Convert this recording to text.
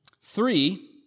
Three